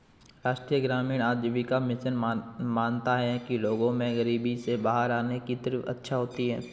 राष्ट्रीय ग्रामीण आजीविका मिशन मानता है कि लोगों में गरीबी से बाहर आने की तीव्र इच्छा है